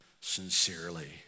sincerely